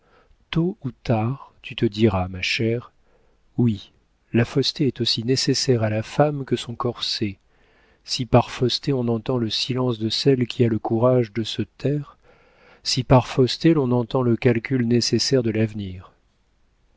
tôt ou tard tu te diras ma chère oui la fausseté est aussi nécessaire à la femme que son corset si par fausseté on entend le silence de celle qui a le courage de se taire si par fausseté l'on entend le calcul nécessaire de l'avenir